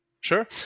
Sure